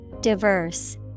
Diverse